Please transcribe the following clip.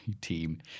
team